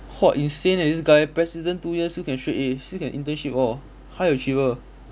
!whoa! insane eh this guy president two years still can straight As still can internship all high achiever